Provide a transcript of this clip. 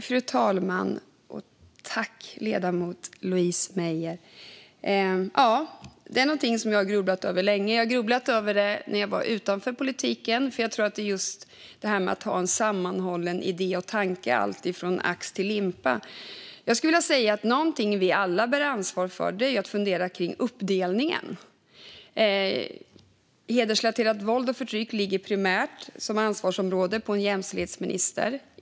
Fru talman! Tack, ledamot Louise Meijer! Det är något som jag länge har grubblat över. Jag grubblade över det redan när jag var utanför politiken och över just det här med att ha en sammanhållen idé och tanke, från ax till limpa. Vi bär alla ansvar för att fundera över uppdelningen. Hedersrelaterat våld och förtryck ligger primärt inom jämställdhetsministerns ansvarsområde.